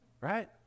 Right